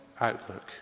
outlook